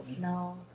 No